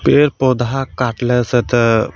पेड़ पौधा काटलासँ तऽ